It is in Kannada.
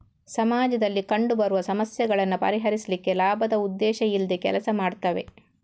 ಸಮಾಜದಲ್ಲಿ ಕಂಡು ಬರುವ ಸಮಸ್ಯೆಗಳನ್ನ ಪರಿಹರಿಸ್ಲಿಕ್ಕೆ ಲಾಭದ ಉದ್ದೇಶ ಇಲ್ದೆ ಕೆಲಸ ಮಾಡ್ತವೆ